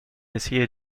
essayé